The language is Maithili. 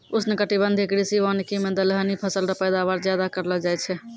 उष्णकटिबंधीय कृषि वानिकी मे दलहनी फसल रो पैदावार ज्यादा करलो जाय छै